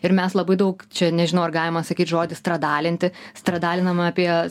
ir mes labai daug čia nežinau ar galima sakyt žodį stradalinti stradalinam apie